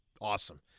awesome